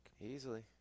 Easily